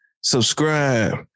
subscribe